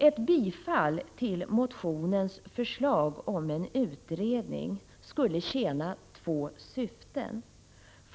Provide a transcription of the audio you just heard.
Ett bifall till motionens förslag om en utredning skulle tjäna två syften.